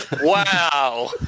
Wow